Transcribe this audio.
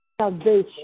salvation